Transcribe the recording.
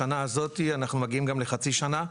בשנה הזאת אנחנו מגיעים גם לחצי שנה.